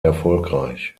erfolgreich